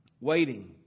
waiting